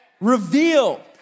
Reveal